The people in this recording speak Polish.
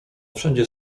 wszędzie